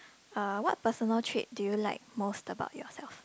uh what personal trait do you like most about yourself